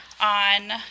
on